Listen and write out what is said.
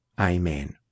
Amen